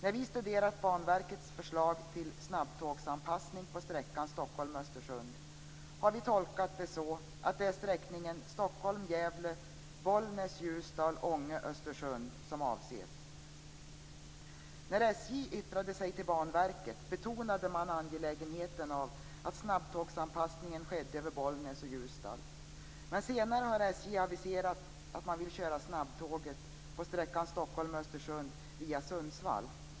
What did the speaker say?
När vi studerat Banverkets förslag till snabbtågsanpassning på sträckan Stockholm-Östersund har vi tolkat det så att det är sträckningen Stockholm-Gävle När SJ yttrade sig till Banverket betonades angelägenheten av att snabbtågsanpassningen sker över Östersund via Sundsvall.